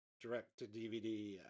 direct-to-DVD